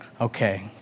Okay